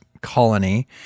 colony